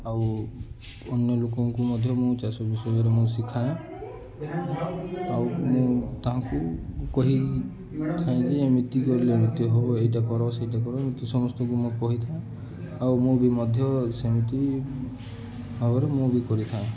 ଆଉ ଅନ୍ୟ ଲୋକଙ୍କୁ ମଧ୍ୟ ମୁଁ ଚାଷ ବିଷୟରେ ମୁଁ ଶିଖାଏ ଆଉ ମୁଁ ତାହାଙ୍କୁ କହିଥାଏଁ ଯେ ଏମିତି କଲେେ ନୀତି ହେବ ଏଇଟା କର ସେଇଟା କର ନତି ସମସ୍ତଙ୍କୁ ମୁଁ କହିଥାଏ ଆଉ ମୁଁ ବି ମଧ୍ୟ ସେମିତି ଭାବରେ ମୁଁ ବି କରିଥାଏ